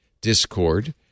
Discord